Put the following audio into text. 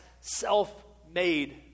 self-made